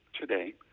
today